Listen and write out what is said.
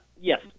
Yes